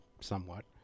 somewhat